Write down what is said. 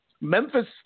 Memphis